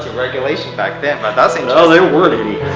regulation back then but ah so you know there weren't any